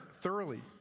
thoroughly